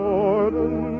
Jordan